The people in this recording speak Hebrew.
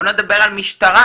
בואו נדבר על משטרה